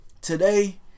today